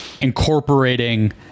incorporating